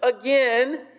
again